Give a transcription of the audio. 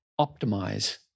optimize